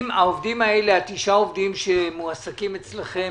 תשעה העובדים שמועסקים אצלכם,